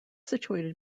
situated